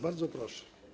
Bardzo proszę.